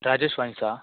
Rajesh ವೈನ್ಸಾ